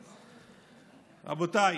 רבותיי,